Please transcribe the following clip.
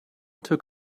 took